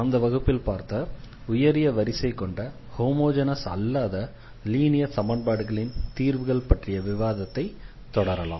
கடந்த வகுப்பில் பார்த்த உயரிய வரிசை கொண்ட ஹோமெஜெனஸ் அல்லாத லீனியர் சமன்பாடுகளின் தீர்வுகள் பற்றிய விவாதத்தை தொடரலாம்